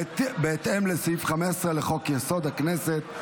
בהתאם לסעיף 15 לחוק-יסוד: הכנסת,